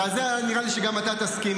ועל זה נראה לי שגם אתה תסכים,